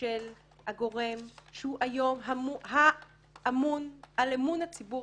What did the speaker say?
של הגורם שהוא היום האמון על אמון הציבור.